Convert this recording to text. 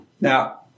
Now